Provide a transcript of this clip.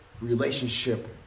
relationship